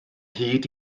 hyd